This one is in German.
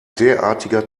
derartiger